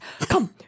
Come